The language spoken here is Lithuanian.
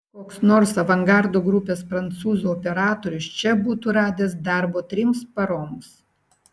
koks nors avangardo grupės prancūzų operatorius čia būtų radęs darbo trims paroms